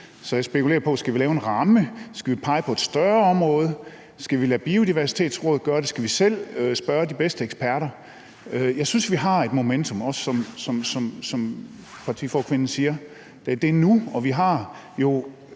Så jeg spekulerer på: Skal vi lave en ramme? Skal vi pege på et større område? Skal vi lade Biodiversitetsrådet gøre det? Skal vi selv spørge de bedste eksperter? Jeg synes, at vi har et momentum, som partiforkvinden også siger: Det er nu. Og der er jo